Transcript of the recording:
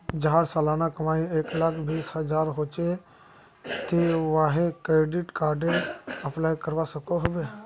जहार सालाना कमाई एक लाख बीस हजार होचे ते वाहें क्रेडिट कार्डेर अप्लाई करवा सकोहो होबे?